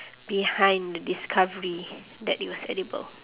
behind the discovery that it was edible